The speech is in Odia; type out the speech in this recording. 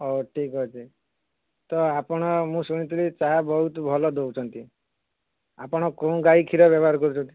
ହଉ ଠିକ୍ଅଛି ତ ଆପଣ ମୁଁ ଶୁଣିଥିଲି ଚାହା ବହୁତ ଭଲ ଦେଉଛନ୍ତି ଆପଣ କେଉଁ ଗାଈ କ୍ଷୀର ବ୍ୟବହାର କରୁଛନ୍ତି